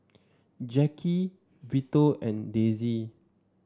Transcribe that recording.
Jacki Vito and Dezzie